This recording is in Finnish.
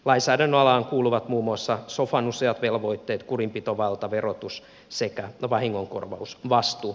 lainsäädännön alaan kuuluvat muun muassa sofan useat velvoitteet kurinpitovalta verotus sekä vahingonkorvausvastuu